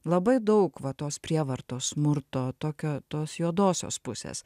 labai daug va tos prievartos smurto tokio tos juodosios pusės